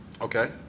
Okay